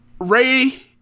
Ray